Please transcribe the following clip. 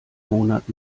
monat